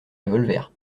revolver